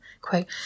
quote